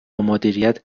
مدیریت